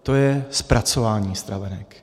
To je zpracování stravenek.